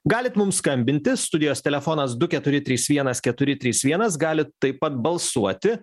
galit mum skambinti studijos telefonas du keturi trys vienas keturi trys vienas galit taip pat balsuoti